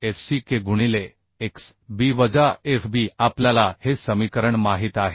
45fck गुणिले x b वजा fb आपल्याला हे समीकरण माहित आहे